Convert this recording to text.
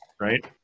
right